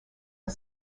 are